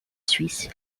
suisse